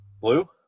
Blue